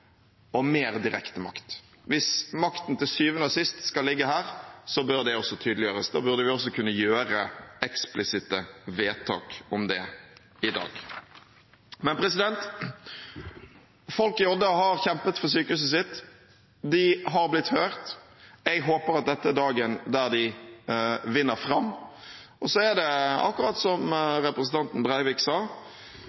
og mer direkte makt. Hvis makten til syvende og sist skal ligge her, bør det også tydeliggjøres. Da burde vi også kunne gjøre eksplisitte vedtak om det i dag. Folket i Odda har kjempet for sykehuset sitt. De har blitt hørt. Jeg håper dette er dagen da de vinner fram. Så er det, akkurat som